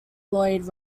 lloyd